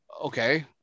Okay